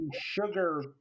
sugar